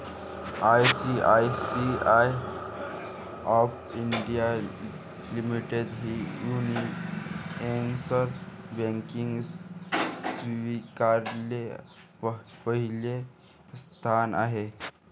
ICICI of India limited ही universal banking स्वीकारणारी पहिली संस्था आहे